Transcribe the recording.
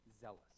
zealous